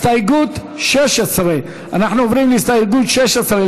הסתייגות 16. אנחנו עוברים להסתייגות 16,